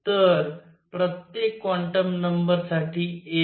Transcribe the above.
तर प्रत्येक क्वांटम नंबरसाठी एक